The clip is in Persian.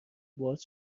باز